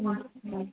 اچی